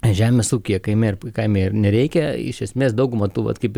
žemės ūkyje kaime kaime ir nereikia iš esmės dauguma tų vat kaip ir